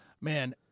man